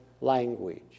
language